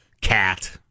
cat